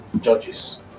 judges